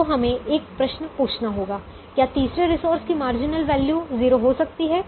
तो हमें एक प्रश्न पूछना होगा क्या तीसरे रिसोर्स की मार्जिनल वैल्यू 0 हो सकती है